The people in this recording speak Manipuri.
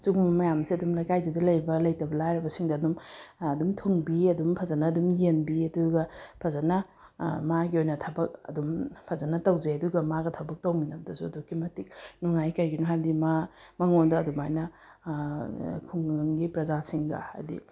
ꯁꯤꯒꯨꯝꯕ ꯃꯌꯥꯝꯁꯦ ꯑꯗꯨꯝ ꯂꯩꯀꯥꯏꯗꯨꯗ ꯂꯩꯔꯤꯕ ꯂꯩꯇꯕ ꯂꯥꯏꯔꯕꯁꯤꯡꯗ ꯑꯗꯨꯝ ꯑꯗꯨꯝ ꯊꯨꯡꯕꯤ ꯑꯗꯨꯝ ꯐꯖꯅ ꯑꯗꯨꯝ ꯌꯦꯟꯕꯤ ꯑꯗꯨꯒ ꯐꯖꯅ ꯃꯥꯒꯤ ꯑꯣꯏꯅ ꯊꯕꯛ ꯑꯗꯨꯝ ꯐꯖꯅ ꯇꯧꯖꯩ ꯑꯗꯨꯒ ꯃꯥꯒ ꯊꯕꯛ ꯇꯧꯃꯤꯟꯅꯕꯗꯁꯨ ꯑꯗꯨꯛꯀꯤ ꯃꯇꯤꯛ ꯅꯨꯡꯉꯥꯏ ꯀꯔꯤꯒꯤꯅꯣ ꯍꯥꯏꯕꯗꯤ ꯃꯥ ꯃꯥꯉꯣꯟꯗ ꯑꯗꯨꯃꯥꯏꯅ ꯈꯨꯡꯒꯪꯒꯤ ꯄ꯭ꯔꯖꯥꯁꯤꯡꯒ ꯍꯥꯏꯗꯤ